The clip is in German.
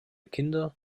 kinder